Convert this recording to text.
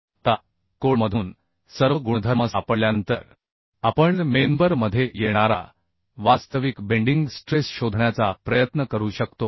आता कोडमधून सर्व गुणधर्म सापडल्यानंतर आपण मेंबर मध्ये येणारा वास्तविक बेंडिंग स्ट्रेस शोधण्याचा प्रयत्न करू शकतो